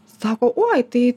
sako oi tai